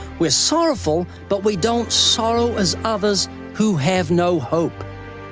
we're sorrowful, but we don't sorrow as others who have no hope.